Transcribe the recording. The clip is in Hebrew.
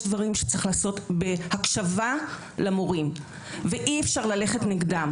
דברים שצריך לעשות בהקשבה למורים ואי-אפשר ללכת נגדם.